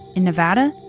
in nevada,